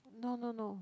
no no no